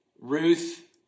Ruth